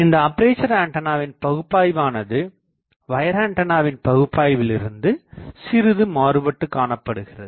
இந்த அப்பேசர் ஆண்டனாவின பகுப்பாய்வானது வயர்ஆண்டனாவின் பகுப்பாய்வில் இருந்து சிறிது மாறுபட்டுக்காணப்படுகிறது